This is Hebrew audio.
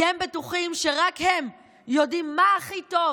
כי הם בטוחים שרק הם יודעים מה הכי טוב